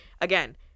again